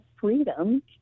freedom